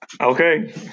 Okay